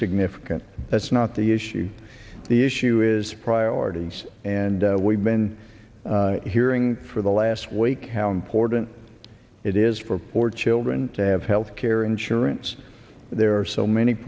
significant that's not the issue the issue is priorities and we've been hearing for the last week hound porton it is for for children to have health care insurance there are so many